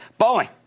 Boeing